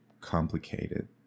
complicated